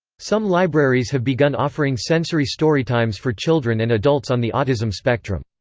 some libraries have begun offering sensory storytimes for children and adults on the autism spectrum.